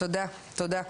תודה.